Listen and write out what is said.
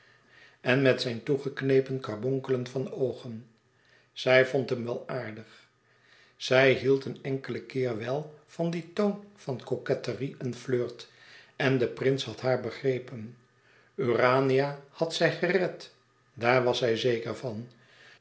en met zijn toegeknepen karbonkelen van oogen zij vond hem wel aardig zij hield een enkelen keer wel van dien toon van coquetterie en flirt en de prins had haar begrepen urania had zij gered daar was zij zeker van